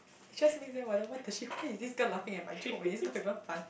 just make them wonder what the shit why is this girl laughing at my joke when it's not even fun